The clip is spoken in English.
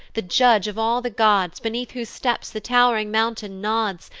the judge of all the gods, beneath whose steps the tow'ring mountain nods,